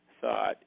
thought